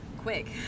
quick